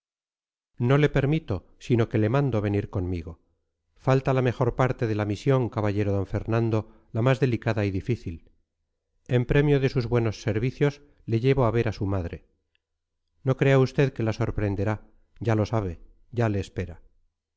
no le permito sino que le mando venir conmigo falta la mejor parte de la misión caballero d fernando la más delicada y difícil en premio de sus buenos servicios le llevo a ver a su madre no crea usted que la sorprenderá ya lo sabe ya le espera